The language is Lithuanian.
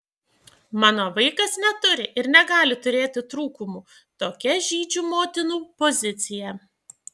mano vaikas neturi ir negali turėti trūkumų tokia žydžių motinų pozicija